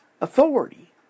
authority